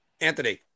Anthony